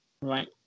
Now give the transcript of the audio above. right